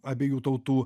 abiejų tautų